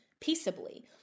peaceably